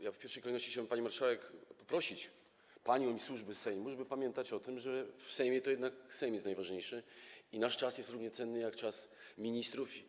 Ja w pierwszej kolejności chciałbym panią marszałek poprosić, panią i służby Sejmu, żeby pamiętać o tym, że w Sejmie to jednak Sejm jest najważniejszy i nasz czas jest równie cenny jak czas ministrów.